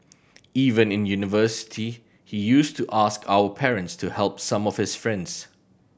even in university he used to ask our parents to help some of his friends